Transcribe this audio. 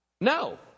No